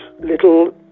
little